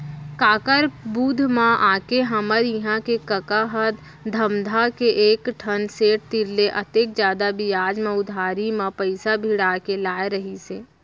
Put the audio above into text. काकर बुध म आके हमर इहां के कका ह धमधा के एकझन सेठ तीर ले अतेक जादा बियाज म उधारी म पइसा भिड़ा के लाय रहिस हे